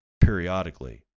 periodically